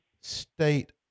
state